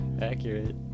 Accurate